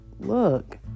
look